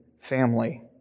family